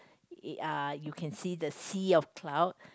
!ee! ah you can see the sea of cloud